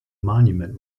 monument